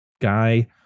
guy